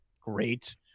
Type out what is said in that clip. great